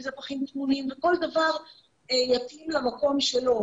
אם זה פחים טמונים וכל דבר יתאים למקום שלו,